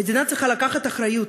המדינה צריכה לקחת אחריות